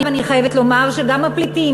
אני חייבת לומר שגם הפליטים,